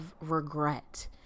regret